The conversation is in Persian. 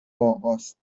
آقاست